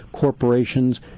corporations